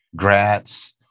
grats